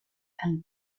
and